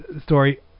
story